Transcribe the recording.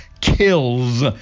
kills